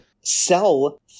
sell